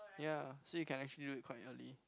ya so you can actually do it quite early